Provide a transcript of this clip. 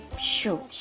sure,